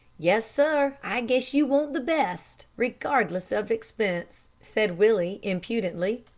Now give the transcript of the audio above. yes, sir, i guess you want the best, regardless of expense, said willie, impudently.